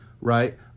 right